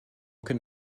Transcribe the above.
can